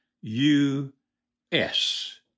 U-S